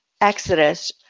exodus